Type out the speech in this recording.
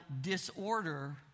disorder